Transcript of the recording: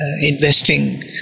investing